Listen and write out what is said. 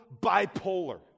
bipolar